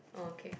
oh okay